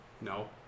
No